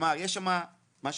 יש שם ימ"ח,